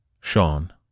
Sean